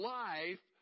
life